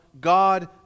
God